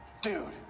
Dude